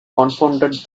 confounded